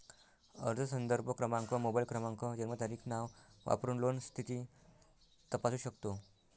अर्ज संदर्भ क्रमांक, मोबाईल क्रमांक, जन्मतारीख, नाव वापरून लोन स्थिती तपासू शकतो